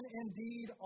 indeed